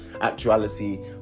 actuality